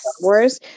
Wars